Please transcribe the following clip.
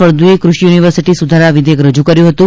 ફળદ્દએ ક્રષિ યુનિવર્સિટી સુધારા વિધેયક રજૂ કર્યું હતું